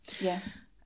Yes